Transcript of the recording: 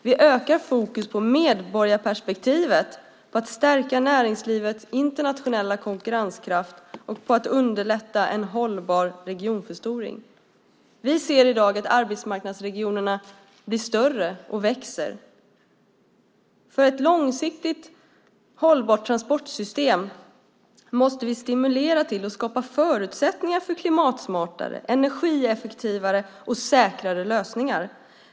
Vi ökar fokus på medborgarperspektivet, på att stärka näringslivets internationella konkurrenskraft och på att underlätta en hållbar regionförstoring. Vi ser i dag att arbetsmarknadsregionerna blir större och växer. För ett långsiktigt hållbart transportsystem måste vi stimulera till och skapa förutsättningar för klimatsmartare, energieffektivare och säkrare lösningar.